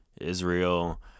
Israel